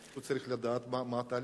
הוא צריך לדעת מה התהליך,